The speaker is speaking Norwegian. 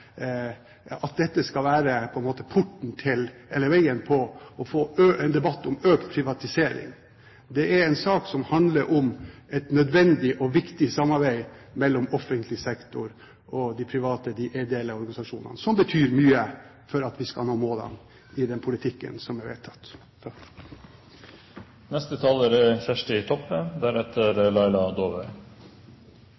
at dette på en måte skal være porten til en debatt om økt privatisering. Det er en sak som handler om et nødvendig og viktig samarbeid mellom offentlig sektor og de private ideelle organisasjonene, og som betyr mye for at vi skal nå målene i den politikken som er vedtatt.